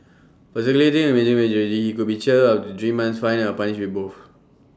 for circulating obscene imagery he could be jailed up to three months fined or punished with both